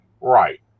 Right